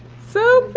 so